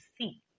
see